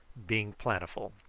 being plentiful.